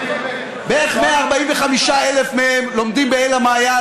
בערך 145,000 מהם לומדים באל המעיין,